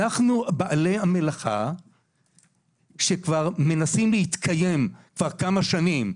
אנחנו בעלי המלאכה שכבר מנסים להתקיים כבר כמה שנים,